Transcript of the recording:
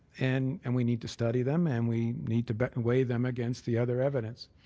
and and we need to study them and we need to but and weigh them against the other evidence.